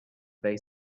they